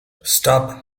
stop